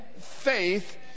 faith